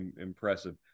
impressive